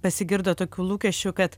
pasigirdo tokių lūkesčių kad